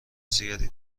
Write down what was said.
زیادی